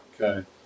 Okay